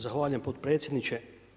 Zahvaljujem potpredsjedniče.